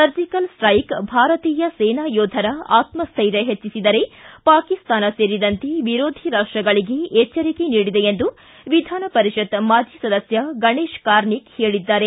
surgical strike ಭಾರತೀಯ ಸೇನಾ ಯೋಧರ ಆತಸ್ಟೈರ್ಯ ಹೆಚ್ಚಿಸಿದರೆ ಪಾಕಿಸ್ತಾನ ಸೇರಿದಂತೆ ವಿರೋಧಿ ರಾಷ್ಟಗಳಿಗೆ ಎಚ್ವರಿಕೆ ನೀಡಿದೆ ಎಂದು ವಿಧಾನ ಪರಿಷತ್ ಮಾಜಿ ಸದಸ್ಯ ಗಣೇಶ್ ಕಾರ್ಣಿಕ್ ಹೇಳಿದ್ದಾರೆ